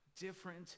different